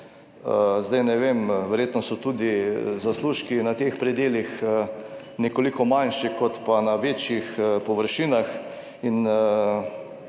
Zdaj ne vem, verjetno so tudi zaslužki na teh predelih nekoliko manjši kot pa na večjih površinah in